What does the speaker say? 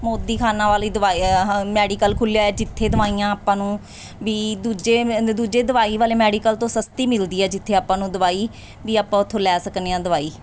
ਮੋਦੀਖਾਨਾ ਵਾਲੀ ਦਵਾਈ ਆਹਾ ਮੈਡੀਕਲ ਖੁੱਲ੍ਹਿਆ ਹੋਇਆ ਜਿੱਥੇ ਦਵਾਈਆਂ ਆਪਾਂ ਨੂੰ ਵੀ ਦੂਜੇ ਦੂਜੇ ਦਵਾਈ ਵਾਲੇ ਮੈਡੀਕਲ ਤੋਂ ਸਸਤੀ ਮਿਲਦੀ ਹੈ ਜਿੱਥੇ ਆਪਾਂ ਨੂੰ ਦਵਾਈ ਵੀ ਆਪਾਂ ਉੱਥੋਂ ਲੈ ਸਕਦੇ ਹਾਂ ਦਵਾਈ